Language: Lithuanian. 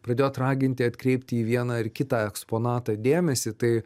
pradėjot raginti atkreipti į vieną ar kitą eksponatą dėmesį tai